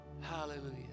Hallelujah